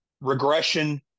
regression